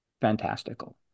fantastical